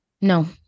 No